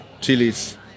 chilies